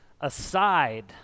aside